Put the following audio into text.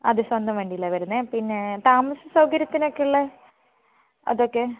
അതെ സ്വന്തം വണ്ടിയിലാണ് വരുന്നത് പിന്നെ താമസ സൗകര്യത്തിനൊക്കെ ഉള്ളത് അതൊക്കെ